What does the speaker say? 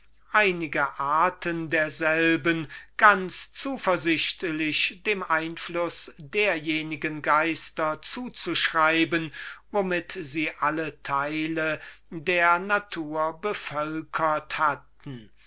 einige arten derselben ganz zuversichtlich dem einfluß derjenigen geister zuzuschreiben womit sie alle teile der natur reichlich bevölkert hatten